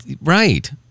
Right